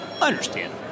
understand